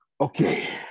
okay